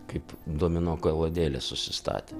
kaip domino kaladėlės susistatė